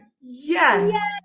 Yes